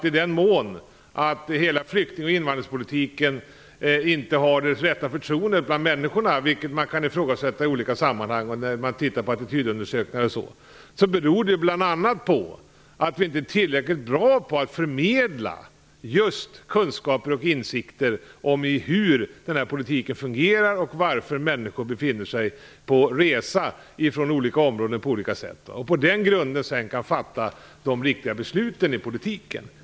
I den mån hela flykting och invandringspolitiken inte har det rätta förtroendet bland människorna - vilket kan ifrågasättas i olika sammanhang enligt attitydundersökningar som har gjorts - beror det bl.a. på att vi inte är tillräckligt bra på att förmedla just kunskaper och insikter om hur politiken fungerar och varför människor befinner sig på resa från olika områden. Sedan kan man på den grunden fatta de rätta besluten i politiken.